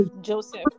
Joseph